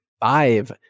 five